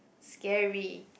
scary